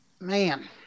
man